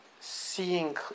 seeing